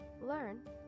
Learn